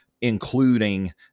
including